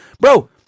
bro